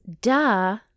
duh